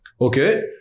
okay